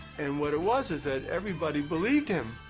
and what it was is that everybody believed him.